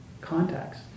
contacts